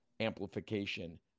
amplification